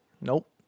Nope